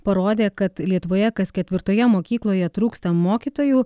parodė kad lietuvoje kas ketvirtoje mokykloje trūksta mokytojų